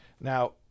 Now